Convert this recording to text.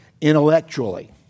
intellectually